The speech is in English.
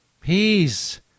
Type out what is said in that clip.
peace